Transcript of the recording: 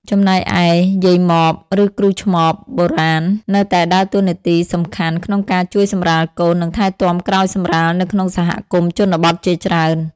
ចំណែកឯ យាយម៉ម ឬ គ្រូឆ្មបបុរាណ នៅតែដើរតួនាទីសំខាន់ក្នុងការជួយសម្រាលកូន និងថែទាំក្រោយសម្រាលនៅក្នុងសហគមន៍ជនបទជាច្រើន។